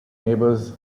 neighbours